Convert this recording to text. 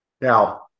Now